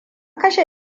kashe